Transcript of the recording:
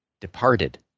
departed